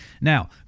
Now